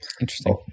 Interesting